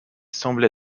semble